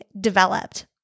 developed